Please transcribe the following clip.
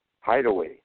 hideaway